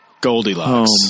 Goldilocks